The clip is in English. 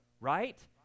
Right